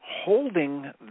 holding